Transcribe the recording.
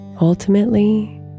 Ultimately